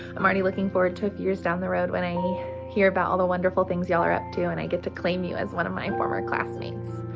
i'm already looking forward to a few years down the road when i hear about all the wonderful things y'all are up to, and i get to claim you as one of my former classmates.